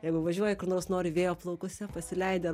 jeigu važiuoji kur nors nori vėjo plaukuose pasileidi